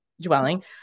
dwelling